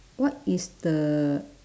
what is the